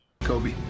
Kobe